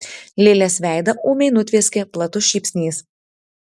lilės veidą ūmai nutvieskė platus šypsnys